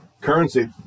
Currency